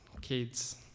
kids